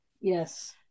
Yes